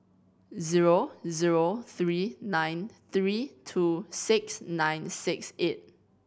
zero zero three nine three two six nine six eight